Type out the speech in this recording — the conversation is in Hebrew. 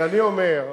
ואני אומר,